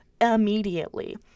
immediately